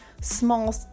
small